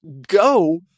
go